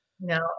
No